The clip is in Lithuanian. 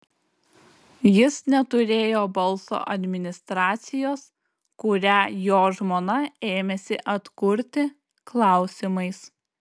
jis neturėjo balso administracijos kurią jo žmona ėmėsi atkurti klausimais